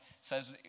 says